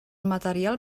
material